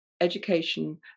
education